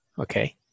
Okay